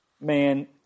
Man